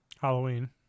halloween